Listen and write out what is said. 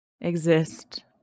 exist